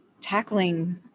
tackling